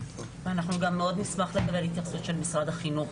אנחנו גם מאוד נשמח לקבל התייחסות של משרד החינוך.